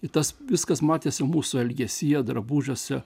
į tas viskas matėsi mūsų elgesyje drabužiuose